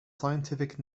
scientific